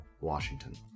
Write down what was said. Washington